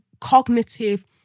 cognitive